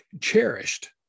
cherished